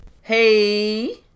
hey